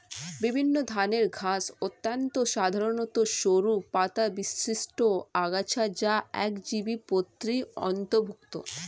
বিভিন্ন ধরনের ঘাস অত্যন্ত সাধারণ সরু পাতাবিশিষ্ট আগাছা যা একবীজপত্রীর অন্তর্ভুক্ত